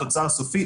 התוצר הסופי,